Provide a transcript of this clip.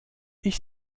ich